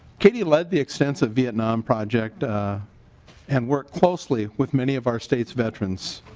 katie led the sense of vietnam project and worked closely with many of our state veterans.